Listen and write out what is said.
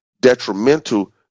detrimental